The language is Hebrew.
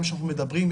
גם כשאנחנו מדברים,